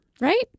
right